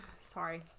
sorry